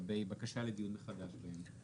לגבי בקשה לדיון מחדש בהם.